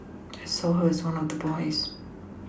I saw her as one of the boys